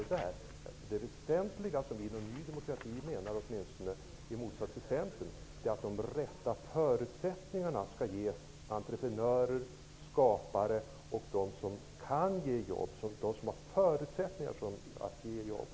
Vi inom Ny demokrati menar, i motsats till Centern, att det väsentliga är att de rätta förutsättningarna skall ges entreprenörer, skapare och andra som har förutsättningar att ge jobb.